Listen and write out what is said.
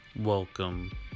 Welcome